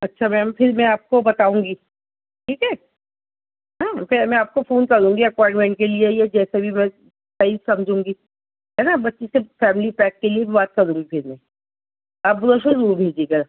اچھا میم پھر میں آپ کو بتاؤں گی ٹھیک ہے ہاں پھر میں آپ کو فون کروں گی اپوائنٹمنٹ کے لیے یا جیسے بھی میں صحیح سمجھوں گی ہے نا بچی سے فیملی پیک کے لیے بھی بات کر دوں گی پھر میں آپ براشر بھیجے گا